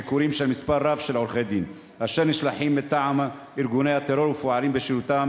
ביקור מספר רב של עורכי-דין אשר נשלחים מטעם ארגוני הטרור ופועלים בשירותם